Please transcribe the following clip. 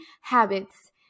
habits